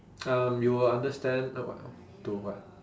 um you will understand uh what to what